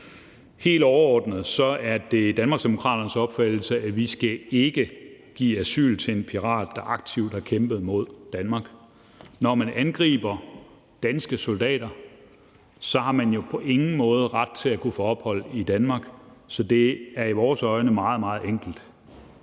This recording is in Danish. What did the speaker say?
Helt overordnet er det Danmarksdemokraternes opfattelse, at vi ikke skal give asyl til en pirat, der aktivt har kæmpet mod Danmark. Når man angriber danske soldater, har man jo på ingen måde ret til at kunne få ophold i Danmark, så det er i vores øjne meget, meget